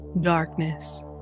darkness